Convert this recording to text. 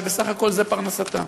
שבסך הכול זו פרנסתה.